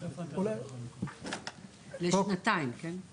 לשנתיים, כן?